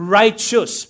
righteous